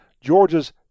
Georgia's